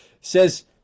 says